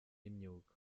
imyuga